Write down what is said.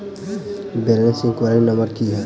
Balance enquiry number की है?